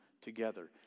together